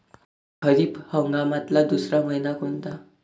खरीप हंगामातला दुसरा मइना कोनता?